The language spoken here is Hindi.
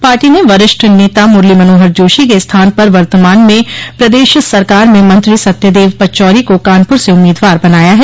पार्टी ने वरिष्ठ नेता मुरली मनोहर जोशी के स्थान पर वर्तमान में प्रदेश सरकार में मंत्री सत्यदेव पचौरी को कानपुर से उम्मीदवार बनाया है